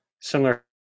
similar